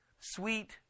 sweet